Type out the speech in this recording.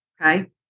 okay